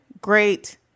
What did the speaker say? Great